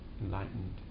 enlightened